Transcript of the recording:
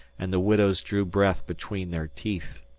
and the widows drew breath between their teeth.